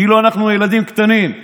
כאילו אנחנו ילדים קטנים.